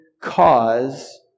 cause